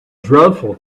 dreadful